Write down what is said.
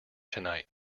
tonight